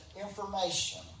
information